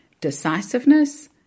decisiveness